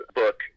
book